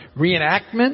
reenactment